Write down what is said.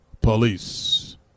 Police